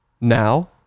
Now